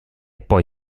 poi